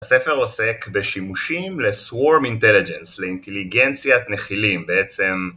הספר עוסק בשימושים לSwarm Intelligence, לאינטליגנציית נחילים בעצם.